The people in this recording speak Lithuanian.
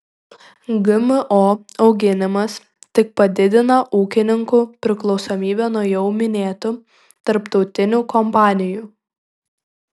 gmo auginimas tik padidina ūkininkų priklausomybę nuo jau minėtų tarptautinių kompanijų